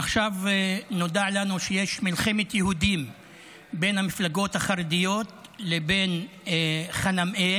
עכשיו נודע לנו שיש מלחמת יהודים בין המפלגות החרדיות לבין חנמאל,